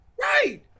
Right